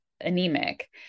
anemic